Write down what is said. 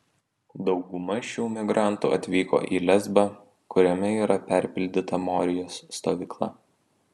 dauguma šių migrantų atvyko į lesbą kuriame yra perpildyta morijos stovykla